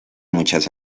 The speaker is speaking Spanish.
muchas